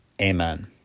Amen